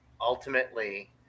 ultimately